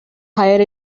higher